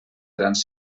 grans